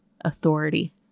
authority